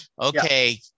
Okay